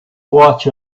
watch